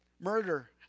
murder